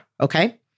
Okay